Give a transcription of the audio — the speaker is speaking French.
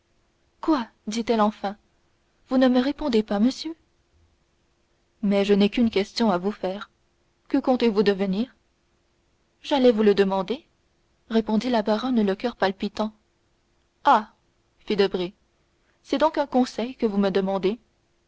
quoi dit-elle enfin vous ne me répondez pas monsieur mais je n'ai qu'une question à vous faire que comptez-vous devenir j'allais vous le demander répondit la baronne le coeur palpitant ah fit debray c'est donc un conseil que vous me demandez